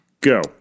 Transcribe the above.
Go